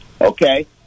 Okay